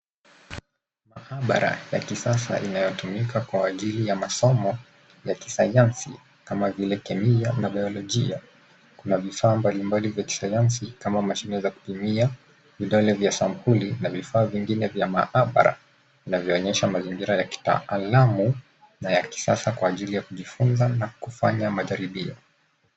Maabara ya kisasa iayotumika kwa ajili ya masomo ya kisayansi kama vile kemia na bailojia. Kuna vifaa mbalimbali vya kisayansi kama mashine za kutumia, vidole vya sampuli na vifaa vingine vya maabara vinayoonyesha mazingira ya kitaalamu na ya kisasa kwa ajili ya kijifunza na kufanya majaribio.